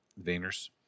Vayner's